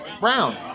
brown